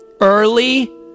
early